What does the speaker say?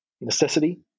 necessity